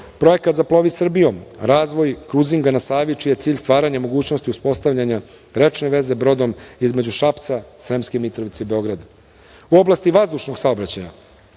Projekat „Zaplovi Srbijom“, razvoj kruzinga na Savi čiji je cilj stvaranje mogućnosti uspostavljanja rečne veze brodom između Šapca, Sremske Mitrovice i Beograda.U oblasti vazdušnog saobraćaja